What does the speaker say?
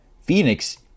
Phoenix